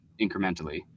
incrementally